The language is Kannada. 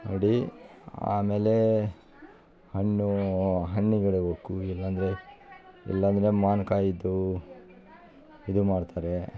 ನೋಡೀ ಆಮೇಲೇ ಹಣ್ಣು ಹಣ್ಣಿಗೆ ಇಡ್ಬೇಕು ಇಲ್ಲ ಅಂದರೆ ಇಲ್ಲ ಅಂದರೆ ಮಾವಿನ್ಕಾಯಿ ಇದು ಇದು ಮಾಡ್ತಾರೆ